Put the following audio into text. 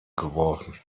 geworfen